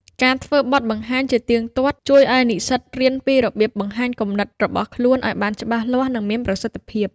ការធ្វើបទបង្ហាញជាទៀងទាត់ជួយឱ្យនិស្សិតរៀនពីរបៀបបង្ហាញគំនិតរបស់ខ្លួនឱ្យបានច្បាស់លាស់ និងមានប្រសិទ្ធភាព។